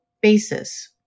basis